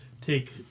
take